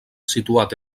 situat